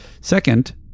Second